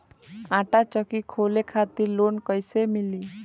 आटा चक्की खोले खातिर लोन कैसे मिली?